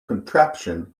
contraption